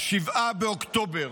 7 באוקטובר